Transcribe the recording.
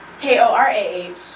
K-O-R-A-H